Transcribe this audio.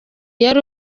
yari